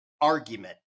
argument